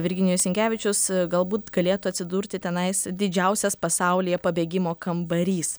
virginijus sinkevičius galbūt galėtų atsidurti tenais didžiausias pasaulyje pabėgimo kambarys